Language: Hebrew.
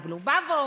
אבל הוא בא ואומר,